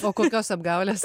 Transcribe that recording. o kokios apgaulės